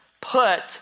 put